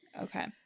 Okay